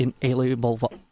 inalienable